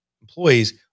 employees